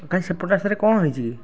କାଇଁ ସେପଟ ରାସ୍ତାରେ କ'ଣ ହେଇଛି କି